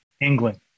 England